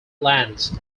lands